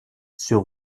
sur